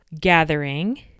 gathering